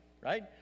right